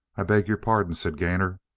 i beg your pardon, said gainor.